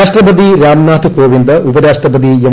രാഷ്ട്രപതി രാംനാഥ് കോവിന്ദ് ഉപരാഷ്ട്രപതി എം